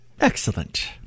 Excellent